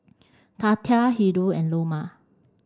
Tatia Hildur and Loma